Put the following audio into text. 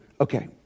okay